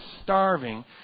starving